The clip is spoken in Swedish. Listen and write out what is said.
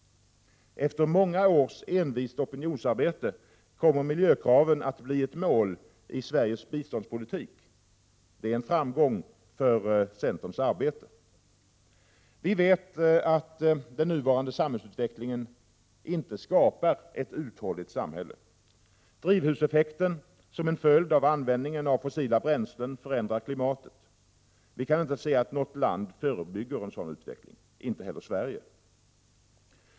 Efter många års envist opinionsarbete kommer miljökraven att bli ett mål också i Sveriges biståndspolitik. Det är en framgång för centerns arbete. Vi vet att den nuvarande samhällsutvecklingen inte skapar ett uthålligt samhälle. Drivhuseffekten som en följd av användningen av fossila bränslen förändrar klimatet. Vi kan inte se att något land förebygger en sådan utveckling, inte heller Sverige.